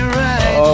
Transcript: right